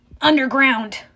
Underground